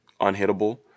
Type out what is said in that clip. unhittable